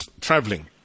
traveling